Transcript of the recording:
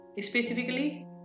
Specifically